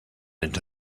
into